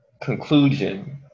conclusion